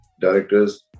directors